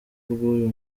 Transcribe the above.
rw’uyu